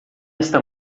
esta